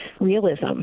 realism